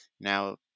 now